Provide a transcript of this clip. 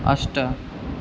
अष्ट